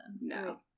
No